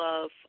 love